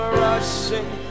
rushing